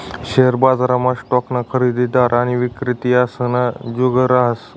share बजारमा स्टॉकना खरेदीदार आणि विक्रेता यासना जुग रहास